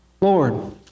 Lord